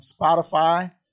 Spotify